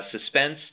suspense